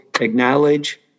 acknowledge